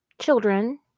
Children